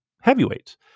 heavyweights